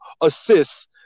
assists